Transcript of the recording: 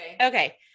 okay